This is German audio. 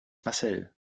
marcel